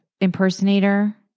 impersonator